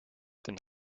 den